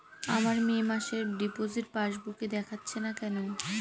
আমার মে মাসের ডিপোজিট পাসবুকে দেখাচ্ছে না কেন?